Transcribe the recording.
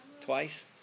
Twice